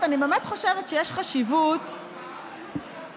אני באמת חושבת שיש חשיבות, רועש,